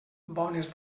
bones